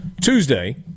Tuesday